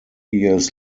years